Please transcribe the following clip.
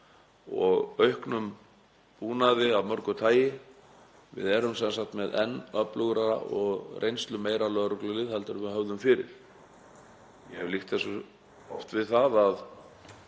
og auknum búnaði af mörgu tagi. Við erum sem sagt með enn öflugra og reynslumeira lögreglulið en við höfðum fyrir. Ég hef líkt þessu við það að